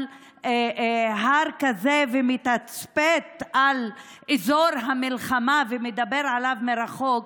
הר כזה ומתצפת על אזור המלחמה ומדבר עליו מרחוק,